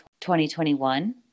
2021